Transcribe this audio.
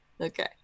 Okay